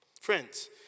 Friends